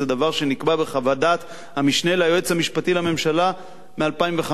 זה דבר שנקבע בחוות דעת המשנה ליועץ המשפטי לממשלה מ-2005.